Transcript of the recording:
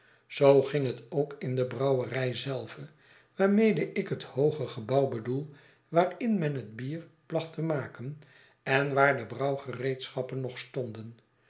zoo ging het ook in de brouwerij zelve waarmede ik het hooge gebouw bedoel waarin men het bier placht te maken en waar de brouwgereedschappen nog stonden